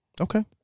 Okay